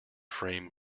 frame